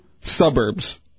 Suburbs